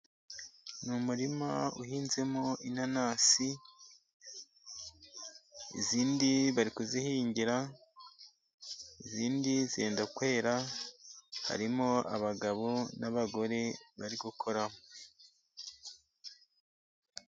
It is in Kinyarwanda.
Ni umurima uhinzemo inanasi, izindi bari kuzihingira, izindi zenda kwera. Harimo abagabo n'abagore bari gukoramo.